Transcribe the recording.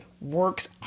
works